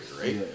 right